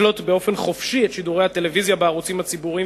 לקלוט באופן חופשי את שידורי הטלוויזיה בערוצים הציבוריים